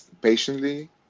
patiently